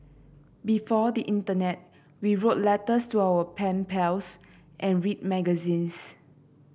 before the internet we wrote letters to our pen pals and read magazines